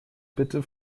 bitte